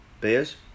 beers